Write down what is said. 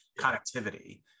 connectivity